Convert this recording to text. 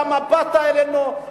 למה באת אלינו,